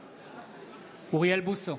בעד אוריאל בוסו,